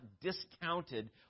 discounted